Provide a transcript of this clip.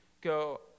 go